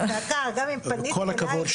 הצעקה היא לא כלפייך,